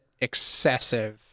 excessive